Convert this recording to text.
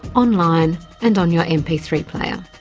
online and on your m p three player.